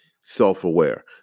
self-aware